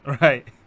Right